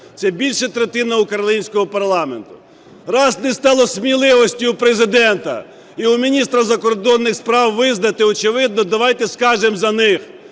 це більше третини українського парламенту. Раз не стало сміливості у Президента і у міністра закордонних справ визнати очевидне, давайте скажемо за них…